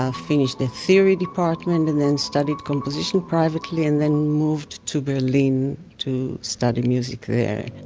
ah finished the theory department. and then studied composition privately, and then moved to berlin to study music there